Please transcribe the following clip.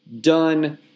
done